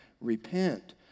repent